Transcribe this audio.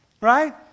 right